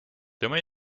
tema